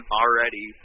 already